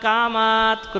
Kamat